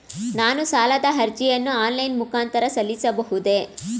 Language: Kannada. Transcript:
ನಾನು ಸಾಲದ ಅರ್ಜಿಯನ್ನು ಆನ್ಲೈನ್ ಮುಖಾಂತರ ಸಲ್ಲಿಸಬಹುದೇ?